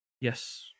Yes